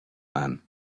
man